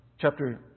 chapter